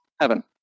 heaven